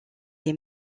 est